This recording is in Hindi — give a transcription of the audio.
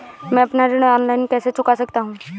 मैं अपना ऋण ऑनलाइन कैसे चुका सकता हूँ?